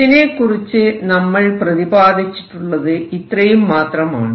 ഇതിനെക്കുറിച്ച് നമ്മൾ പ്രതിപാദിച്ചിട്ടുള്ളത് ഇത്രയും മാത്രമാണ്